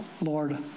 Lord